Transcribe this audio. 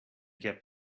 kept